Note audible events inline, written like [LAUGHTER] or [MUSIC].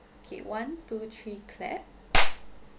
okay one two three clap [NOISE]